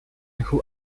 who